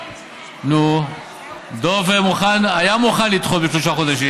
נו, דב היה מוכן לדחות בשלושה חודשים,